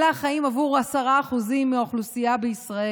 אלה החיים עבור 10% מהאוכלוסייה בישראל,